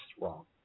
wrong